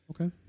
Okay